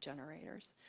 generator.